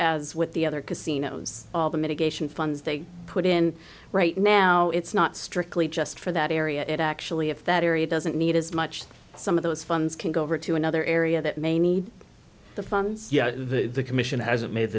as with the other casinos all the mitigation funds they put in right now it's not strictly just for that area it actually if that area doesn't need as much some of those funds can go over to another area that may need the funds yeah the commission hasn't made